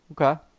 Okay